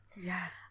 Yes